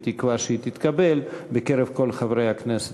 בתקווה שהיא תתקבל בקרב כל חברי הכנסת,